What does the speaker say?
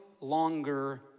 longer